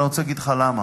ואני רוצה להגיד לך למה.